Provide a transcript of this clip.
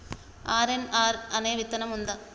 RNR అనే విత్తనం ఉందా?